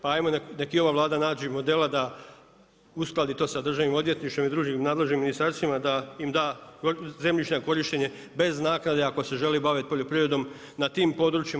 Pa ajmo neka i ova Vlada nađe modela da uskladi to sa Državnim odvjetništvom i drugim nadležnim ministarstvima, da im da zemljište na korištenje bez naknade ako se želi baviti poljoprivrednom, na tim područjima.